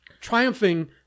triumphing